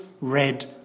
red